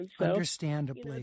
Understandably